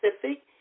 Pacific